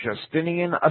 Justinian